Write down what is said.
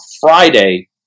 Friday